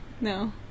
no